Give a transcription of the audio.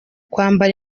kwambara